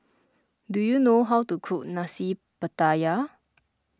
do you know how to cook Nasi Pattaya